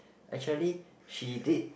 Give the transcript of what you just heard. actually she did